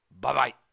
bye-bye